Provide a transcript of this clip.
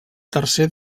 tercer